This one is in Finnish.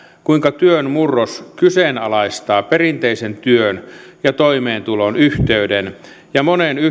kuinka työn murros kyseenalaistaa perinteisen työn ja toimeentulon yhteyden ja